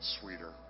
sweeter